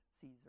Caesar